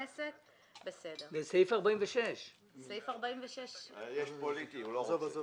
בסעיף 46. פוליטי, הוא לא רוצה.